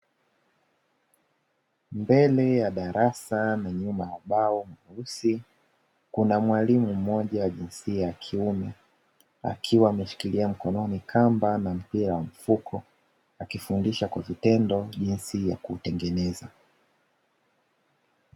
Mbele ya darasa na nyuma ya ubao mweusi, kuna mwalimu mmoja wa jinsia ya kiume, akiwa ameshikilia mkononi kamba na mpira wa mifuko, akifundisha kwa vitendo jinsi ya kutengeneza.